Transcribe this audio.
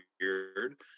weird